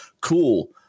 Cool